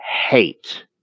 hate